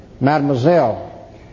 Mademoiselle